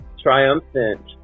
triumphant